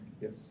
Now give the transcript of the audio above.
Yes